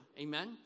Amen